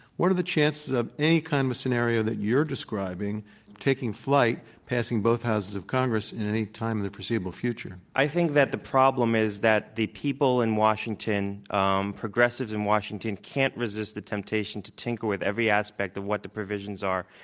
what are the chances of any kind of scenario that you're describing taking taking flight, passing both houses of congress at any time in the foreseeable future? i think that the problem is that the people in washington um progressives in washington can't resist the temptation to tinker with every aspect of what the provisions are,